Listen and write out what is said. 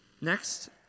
Next